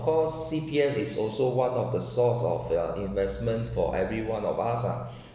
of course C_P_F is also one of the source of the investment for everyone of us ah